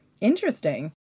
Interesting